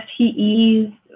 FTEs